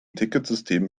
ticketsystem